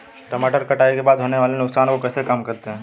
टमाटर कटाई के बाद होने वाले नुकसान को कैसे कम करते हैं?